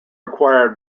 acquired